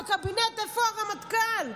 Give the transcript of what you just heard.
בקבינט: איפה הרמטכ"ל?